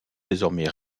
désormais